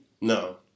No